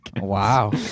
Wow